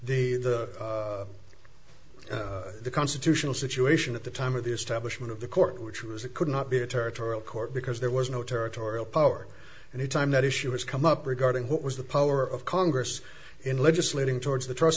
account the constitutional situation at the time of the establishment of the court which was it could not be a territorial court because there was no territorial power and in time that issue has come up regarding what was the power of congress in legislating towards the trust